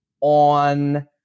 on